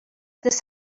this